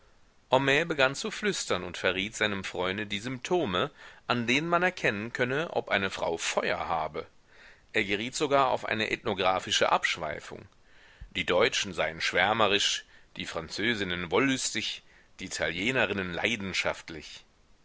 begann zu flüstern und verriet seinem freunde die symptome an denen man erkennen könne ob eine frau feuer habe er geriet sogar auf eine ethnographische abschweifung die deutschen seien schwärmerisch die französinnen wollüstig die italienerinnen leidenschaftlich